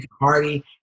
party